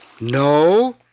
No